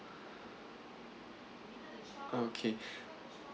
okay